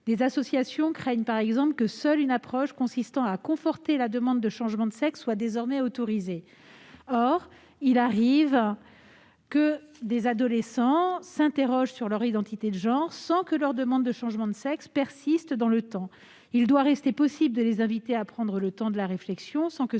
Des associations craignent, par exemple, que seule une approche consistant à conforter la demande de changement de sexe soit désormais autorisée. Or il arrive que des adolescents s'interrogent sur leur identité de genre sans que leur demande de changement de sexe persiste dans le temps. Il doit rester possible de les inviter à prendre le temps de la réflexion sans que